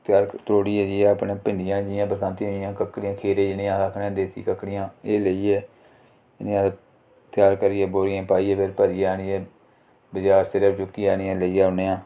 त्रोड़िये जिये अपनी भिंडिया जियां बरसान्ती जियां ककड़िया खीरे जिनेंगी अस आखने आं देसी ककड़िया एह् लेइयै